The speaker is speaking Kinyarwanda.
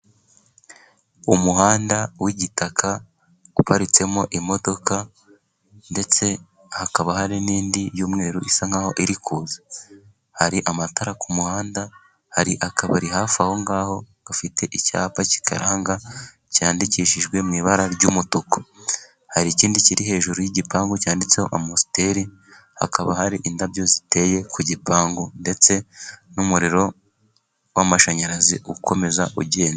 Umuhanda w'igitaka uparitsemo imodoka, ndetse hakaba hari n'indi y'umweru isa nkaho iri kuza, hari amatara ku muhanda ,hari akabari hafi aho ngaho gafite icyapa kikaranga cyandikishijwe mu ibara ry'umutuku ,hari ikindi kiri hejuru y'igipangu cyanditseho Amusiteri ,hakaba hari indabyo ziteye ku gipangu ,ndetse n'umuriro w'amashanyarazi ukomeza ugenda.